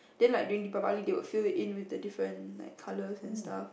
then like during Deepavali they will fill it in with the different like colours and stuff